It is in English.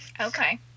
Okay